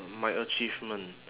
my achievement